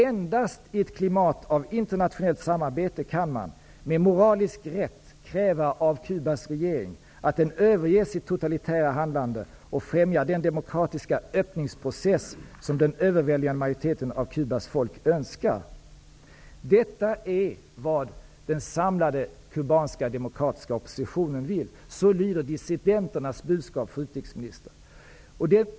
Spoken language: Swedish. Endast i ett klimat av internationellt samarbete kan man, med moralisk rätt, kräva av Kubas regering, att den överger sitt totalitära handlande och främjar den demokratiska öppningsprocess som den överväldigande majoriteten av Kubas folk önskar.'' Detta är vad den samlade kubanska demokratiska oppositionen vill, och så lyder dissidenternas budskap, fru utrikesminister!